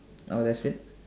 oh that's it